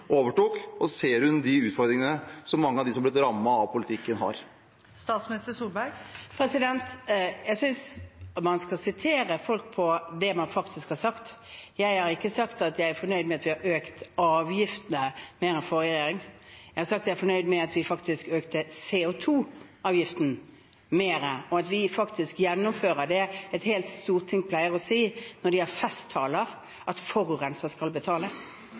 de utfordringene som mange av dem som er blitt rammet av politikken, har? Jeg synes at man skal sitere folk på det de faktisk har sagt. Jeg har ikke sagt at jeg er fornøyd med at vi har økt avgiftene mer enn forrige regjering, jeg har sagt at jeg er fornøyd med at vi faktisk økte CO 2 -avgiften mer, og at vi faktisk gjennomfører det et helt storting pleier å si når de holder festtaler: at forurenser skal betale.